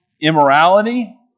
immorality